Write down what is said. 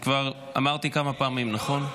אני כבר אמרתי כמה פעמים, נכון?